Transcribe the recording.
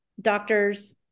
doctors